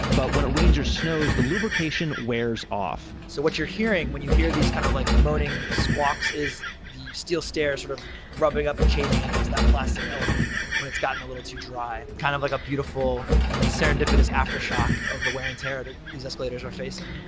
but when it rains or snows, the lubrication wears off so what you're hearing when you hear this kind of like moaning, squawks is the steel stairs sort of rubbing up and chaffing against that plastic element when it's gotten a little too dry. kind of like a beautiful serendipitous aftershock of the wear and tear that these escalators are facing.